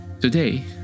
Today